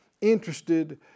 interested